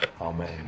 Amen